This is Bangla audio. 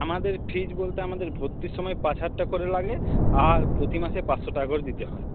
আমাদের ফিস বলতে আমাদের ভর্তির সময় পাঁচ হাজার টাকা করে লাগে আর প্রতি মাসে পাঁচশো টাকা করে দিতে হয়